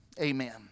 Amen